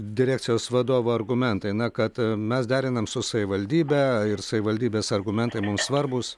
direkcijos vadovo argumentai na kad mes derinam su savivaldybe ir savivaldybės argumentai mums svarbūs